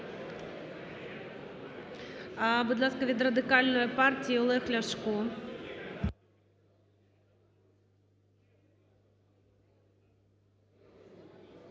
Будь ласка, від Радикальної партії Олег Ляшко.